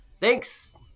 Thanks